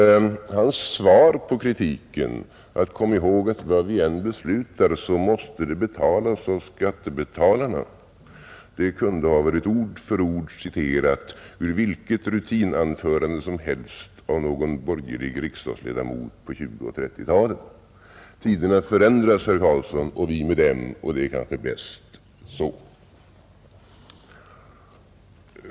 Hans svar på kritiken: ”Kom ihåg att vad vi än beslutar så måste kostnaderna härför bäras av skattebetalarna! ” kunde han ord för ord ha hämtat ur vilket rutinanförande som helst av någon borgerlig riksdagsledamot på 1920 och 1930-talen. Tiderna förändras, herr Karlsson, och vi med dem. Det är kanske bäst så!